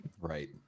right